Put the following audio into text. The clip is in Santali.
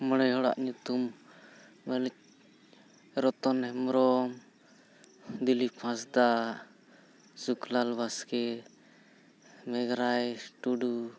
ᱢᱚᱬᱮ ᱦᱚᱲᱟᱜ ᱧᱩᱛᱩᱢ ᱨᱚᱛᱚᱱ ᱦᱮᱢᱵᱨᱚᱢ ᱫᱤᱞᱤᱯ ᱦᱟᱸᱥᱫᱟ ᱥᱩᱠᱞᱟᱞ ᱵᱟᱥᱠᱮ ᱢᱮᱜᱽᱨᱟᱭ ᱴᱩᱰᱩ